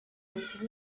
ukuba